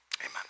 Amen